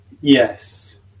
yes